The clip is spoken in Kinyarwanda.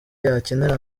yakenera